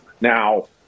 now